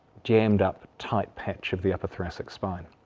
jammed up, tight patch of the upper thoracic spine.